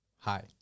Hi